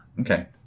Okay